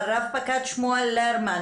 רב פקד שמואל לרמן